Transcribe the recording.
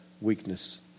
weakness